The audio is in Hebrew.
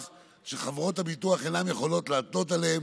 שחברות הביטוח אינן יכולות להתנות עליהן